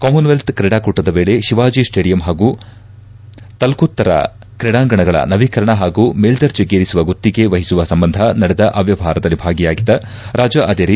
common wealth ಕ್ರೀಡಾಕೂಟದ ವೇಳೆ Shivaji stadium ಹಾಗೂ ತಲೋತ್ತರ್ ಕ್ರೀಡಾಂಗಣಗಳ ನವೀಕರಣ ಹಾಗೂ ಮೇಲ್ವರ್ಜೆಗೇರಿಸುವ ಗುತ್ತಿಗೆ ವಹಿಸುವ ಸಂಬಂಧ ನಡೆದ ಅವ್ಯವಹಾರದಲ್ಲಿ ಭಾಗಿಯಾಗಿದ್ದ ರಾಜಾ ಅದೇರಿ